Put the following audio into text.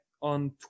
on